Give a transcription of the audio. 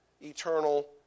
eternal